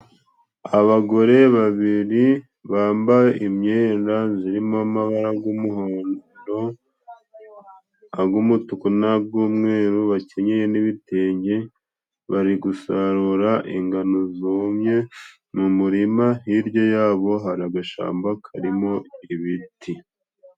Abagore babiri bambaye imyenda zirimo amabara y'umuhondo ,ag'umutuku n'a g'umweru .Bakenyeye n'ibitenge bari gusarura ingano zumye mu murima hirya yabo hari agashamba karimo ibiti.